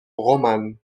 romanes